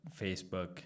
Facebook